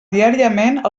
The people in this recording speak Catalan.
diàriament